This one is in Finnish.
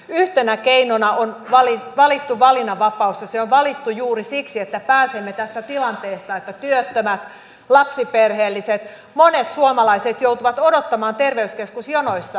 yhtenä keinona on valittu valinnanvapaus ja se on valittu juuri siksi että pääsemme tästä tilanteesta että työttömät lapsiperheelliset monet suomalaiset joutuvat odottamaan terveyskeskusjonoissa